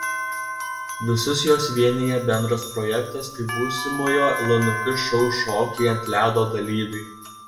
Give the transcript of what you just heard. visus juos vienija bendras projektas tai būsimojo lnk šou šokiai ant ledo dalyviai